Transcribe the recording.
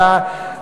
עלתה,